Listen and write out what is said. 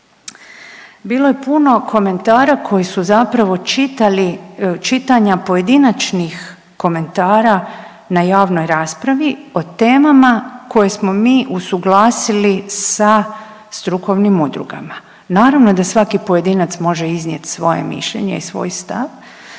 Bilo je puno komentara koji su zapravo čitali čitanja pojedinačnih komentara na javnoj raspravi o temama koje smo mi usuglasili sa strukovnim udrugama. Naravno da svaki pojedinac može iznijeti svoje mišljenje i svoj stav,